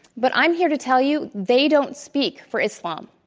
but i am here to tell you they don't speak for islam.